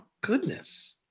goodness